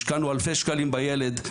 השקענו אלפי שקלים בילד,